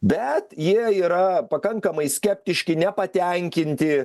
bet jie yra pakankamai skeptiški nepatenkinti